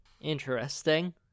Interesting